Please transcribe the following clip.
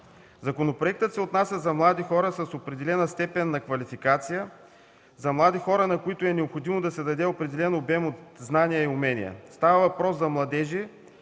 Законопроектът се отнася за млади хора с определена степен на квалификация, за млади хора, на които е необходимо да се даде определен обем знания и умения. Става въпрос за младежи,